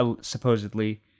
supposedly